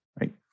right